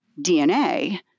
DNA